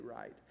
right